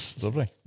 lovely